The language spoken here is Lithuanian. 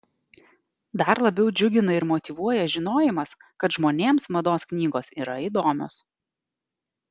dar labiau džiugina ir motyvuoja žinojimas kad žmonėms mados knygos yra įdomios